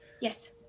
Yes